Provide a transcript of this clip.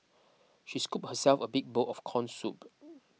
she scooped herself a big bowl of Corn Soup